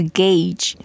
gauge